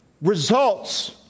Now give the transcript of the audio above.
results